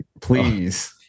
please